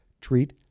treat